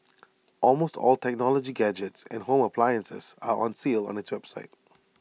almost all technology gadgets and home appliances are on sale on its website